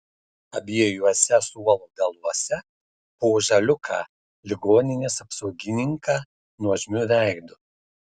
abiejuose suolo galuose po žaliūką ligoninės apsaugininką nuožmiu veidu